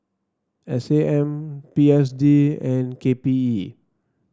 S A M B S D and K P E